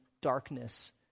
darkness